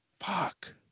Fuck